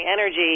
energy